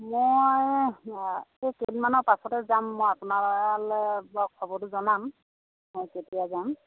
মই এই কেইদিনমানৰ পাছতে যাম মই আপোনালৈ খবৰটো জনাম মই কেতিয়া যাম